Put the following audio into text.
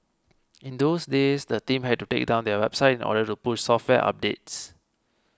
in those days the team had to take down their website in order to push software updates